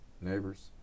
Neighbors